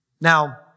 Now